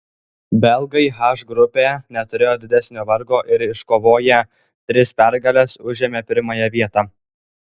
belgai h grupėje neturėjo didesnio vargo ir iškovoję tris pergales užėmė pirmąją vietą